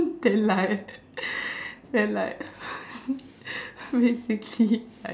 then like then like basically like